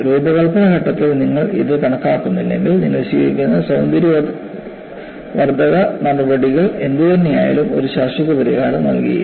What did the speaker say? രൂപകൽപ്പന ഘട്ടത്തിൽ നിങ്ങൾ ഇത് കണക്കാക്കുന്നില്ലെങ്കിൽ നിങ്ങൾ സ്വീകരിക്കുന്ന സൌന്ദര്യവർദ്ധക നടപടികൾ എന്തുതന്നെയായാലും ഒരു ശാശ്വത പരിഹാരം നൽകില്ല